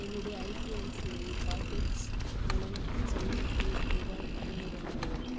என்னுடைய ICICI pockets மூலம் செல்லமுக்கு ரூபாய் ஐநூறு அனுப்பவும்